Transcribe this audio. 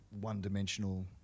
one-dimensional